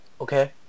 Okay